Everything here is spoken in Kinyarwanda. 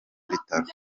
vital’o